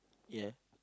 ya